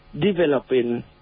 developing